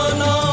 no